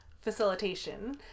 facilitation